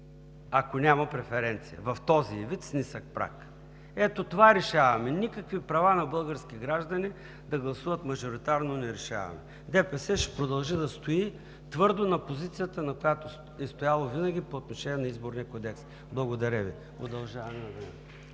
ако няма преференции в този ѝ вид, с нисък праг. Ето това решаваме. Никакви права на български граждани да гласуват мажоритарно не решаваме! ДПС ще продължи да стои твърдо на позицията, на която е стояло винаги по отношение на Изборния кодекс! Благодаря Ви. Удължаване на времето,